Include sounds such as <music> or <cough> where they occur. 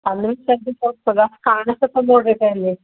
<unintelligible>